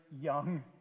young